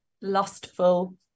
lustful